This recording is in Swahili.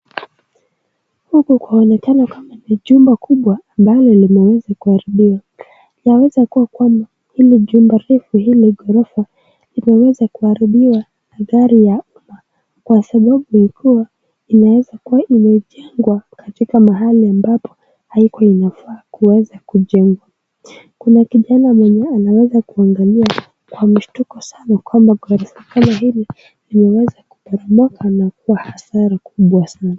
Huku kwaonekana kwamba ni jumba kubwa ambalo limeweza kuharibiwa. Yaweza kuwa kwamba, hili jumba refu hili ghorofa limeweza kuharibiwa na gari ya umma kwa sababu ya kuwa, inaweza kuwa imejengwa katika mahali ambapo haikuwa inafaa kuweza kujengwa. Kuna kijana mwenye anaweza kuangalia kwa mshtuko sana kwamba ghorofa kama hii limeweza kuporomoka na kuwa hasara kubwa sana.